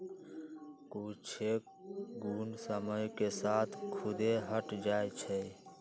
कुछेक घुण समय के साथ खुद्दे हट जाई छई